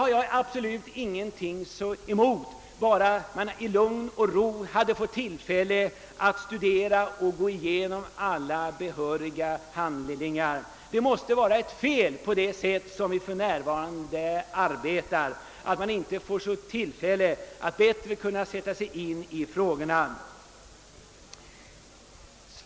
Jag skulle absolut inte heller ha något emot detta, bara vi hade fått tillfälle att i lugn och ro studera alla hithörande handlingar. Det måste vara något fel på de arbetsformer vi för närvarande har, att de inte ger oss tillfälle att bättre sätta oss in i frågorna.